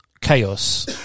chaos